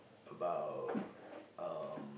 about um